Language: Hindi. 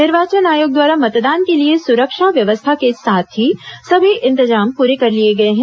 निर्वाचन आयोग द्वारा मतदान के लिए सुरक्षा व्यवस्था के साथ ही सभी इंतजाम प्रे कर लिए गए हैं